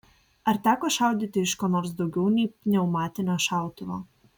ar teko šaudyti iš ko nors daugiau nei pneumatinio šautuvo